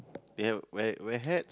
you have wear wear hats